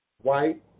white